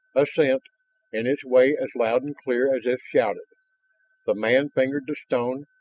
assent in its way as loud and clear as if shouted. the man fingered the stone,